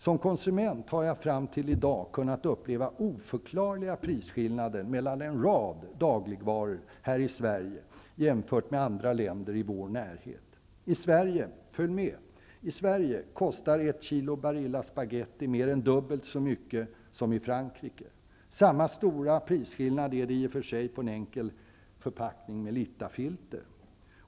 Som konsument har jag fram till i dag kunnat uppleva oförklarliga prisskillnader mellan en rad dagligvaror här i Sverige jämfört med andra länder i vår närhet. Följ med! I Sverige kostar ett kilo Barilla spagetti mer än dubbelt så mycket som i Frankrike. Samma stora prisskillnad är det i och för sig på en enkel förpackning Melittafilter.